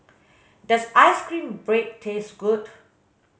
does ice cream bread taste good